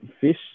fish